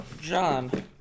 John